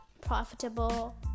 profitable